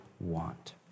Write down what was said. want